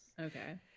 Okay